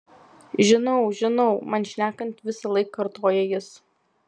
žinau žinau man šnekant visąlaik kartoja jis